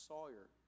Sawyer